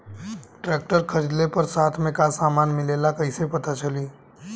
Tractor खरीदले पर साथ में का समान मिलेला कईसे पता चली?